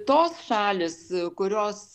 tos šalys kurios